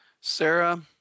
Sarah